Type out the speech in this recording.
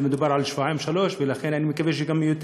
מדובר על שבועיים שלושה, ואני מקווה שגם יותר.